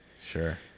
Sure